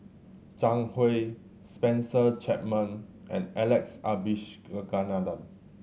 Zhang Hui Spencer Chapman and Alex Abisheganaden